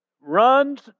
runs